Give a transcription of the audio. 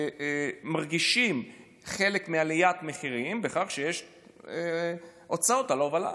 מרגישים חלק מעליית המחירים בכך שיש הוצאות על ההובלה.